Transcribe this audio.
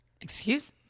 Excuse